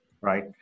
right